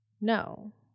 No